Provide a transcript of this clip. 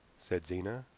said zena.